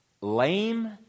Lame